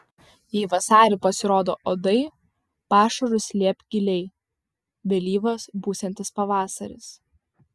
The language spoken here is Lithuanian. jei vasarį pasirodo uodai pašarus slėpk giliai vėlyvas būsiantis pavasaris